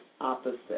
opposite